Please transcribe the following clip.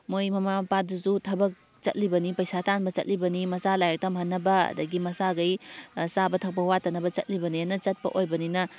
ꯃꯣꯏ ꯃꯃꯥ ꯃꯄꯥꯗꯨꯁꯨ ꯊꯕꯛ ꯆꯠꯂꯤꯕꯅꯤ ꯄꯩꯁꯥ ꯇꯥꯟꯕ ꯆꯠꯂꯤꯕꯅꯤ ꯃꯆꯥ ꯂꯥꯏꯔꯤꯛ ꯇꯝꯍꯟꯅꯕ ꯑꯗꯒꯤ ꯃꯆꯥꯈꯩ ꯆꯥꯕ ꯊꯛꯄ ꯋꯥꯠꯇꯅꯕ ꯆꯠꯂꯤꯕꯅꯦꯅ ꯆꯠꯄ ꯑꯣꯏꯕꯅꯤꯅ